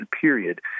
period